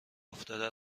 افتاده